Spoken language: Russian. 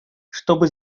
чтобы